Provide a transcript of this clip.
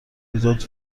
رویداد